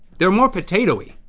they're more potatoey.